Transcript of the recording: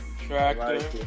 tractor